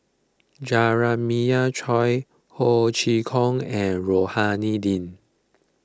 Jeremiah Choy Ho Chee Kong and Rohani Din